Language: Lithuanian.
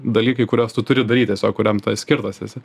dalykai kuriuos tu turi daryt tiesiog kuriem skirtas esi